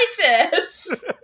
crisis